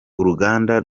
uruganda